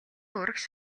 урагш